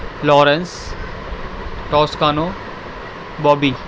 Lawrence Toscano Bobby